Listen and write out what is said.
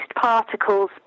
particles